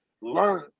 Learn